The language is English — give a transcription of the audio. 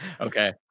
Okay